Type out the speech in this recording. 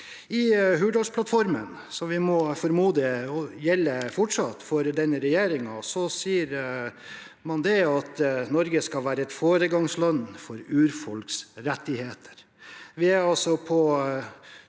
I Hurdalsplattformen, som vi må formode at fortsatt gjelder for denne regjeringen, sier man at Norge skal være et foregangsland for urfolks rettigheter.